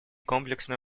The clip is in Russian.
комплексное